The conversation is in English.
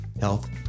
health